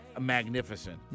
magnificent